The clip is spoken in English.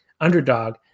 underdog